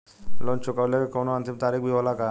Loan चुकवले के कौनो अंतिम तारीख भी होला का?